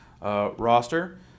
roster